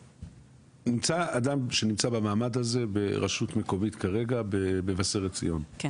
נמצא אדם שנמצא במעמד הזה ברשות מקומית כרגע במבשרת ציון,